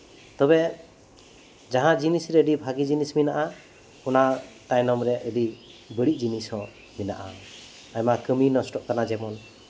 ᱛᱚᱵᱮ ᱡᱟᱦᱟᱸ ᱡᱤᱱᱤᱥᱨᱮ ᱟᱹᱰᱤ ᱵᱷᱟᱹᱜᱤ ᱡᱤᱱᱤᱥ ᱢᱮᱱᱟᱜᱼᱟ ᱚᱱᱟ ᱛᱟᱭᱱᱚᱢᱨᱮ ᱟᱹᱰᱤ ᱵᱟᱹᱲᱤᱡ ᱡᱤᱱᱤᱥ ᱦᱚᱸ ᱢᱮᱱᱟᱜᱼᱟ ᱟᱭᱢᱟ ᱠᱟᱹᱢᱤ ᱱᱚᱥᱴᱚᱜ ᱠᱟᱱᱟ ᱡᱮᱚᱱ